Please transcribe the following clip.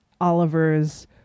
Oliver's